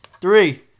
Three